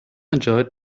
enjoy